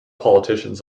politicians